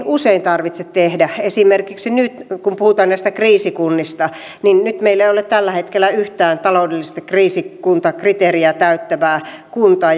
usein tarvitse tehdä esimerkiksi nyt kun puhutaan näistä kriisikunnista meillä ei ole tällä hetkellä yhtään taloudellista kriisikuntakriteeriä täyttävää kuntaa